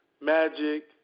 Magic